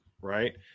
right